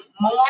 more